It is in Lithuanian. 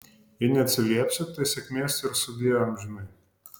jei neatsiliepsi tai sėkmės ir sudie amžinai